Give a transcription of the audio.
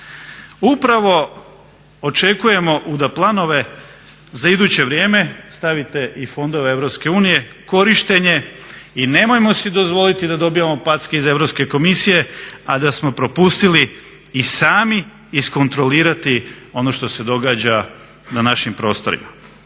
Upravo očekujemo da u planove za iduće vrijeme stavite i fondove EU, korištenje. I nemojmo si dozvoliti da dobivamo packe iz Europske komisije, a da smo propustili i sami iskontrolirati ono što se događa na našim prostorima.